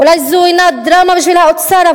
אולי זו אינה דרמה בשביל האוצר,